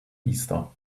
easter